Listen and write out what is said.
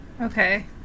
Okay